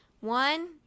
One